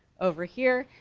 over here.